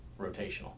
rotational